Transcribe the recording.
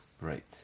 right